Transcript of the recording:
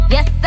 Yes